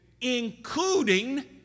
including